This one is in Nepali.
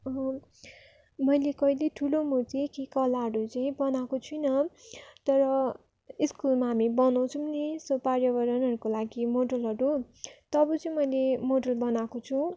आबो मैले कहिल्यै ठुलो मूर्ति कि कलाहरू चाहिँ बनाएको छुइनँ तर स्कुलमा हामी बनाउँछौँ नि यस्तो पार्यावरणहरूको लागि मोडलहरू तब चाहिँ मैले मोडल बनाएको छु